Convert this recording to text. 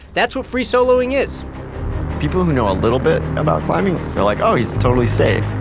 that's what free soloing is people who know a little bit about climbing are like, oh, he's totally safe.